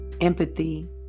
empathy